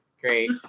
great